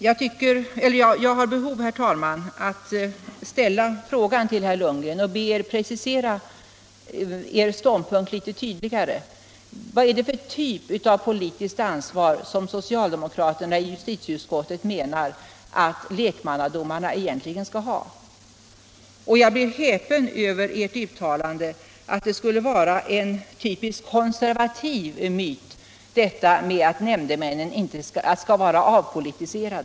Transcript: Jag har, herr talman, ett behov av att be herr Lundgren tydligare precisera sin ståndpunkt. Vilken typ av politiskt ansvar menar socialdemokraterna i justitieutskottet att lekmannadomarna egentligen skall ha? Jag blev häpen över herr Lundgrens uttalande att det skulle vara en typisk konservativ myt att nämndemännen skall vara avpolitiserade.